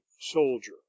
soldier